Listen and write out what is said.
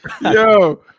Yo